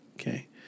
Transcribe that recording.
Okay